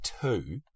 two